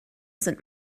sind